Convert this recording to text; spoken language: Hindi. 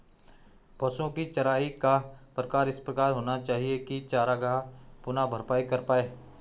पशुओ की चराई का प्रकार इस प्रकार होना चाहिए की चरागाह पुनः भरपाई कर पाए